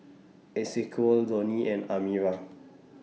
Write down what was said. Esequiel Donny and Amira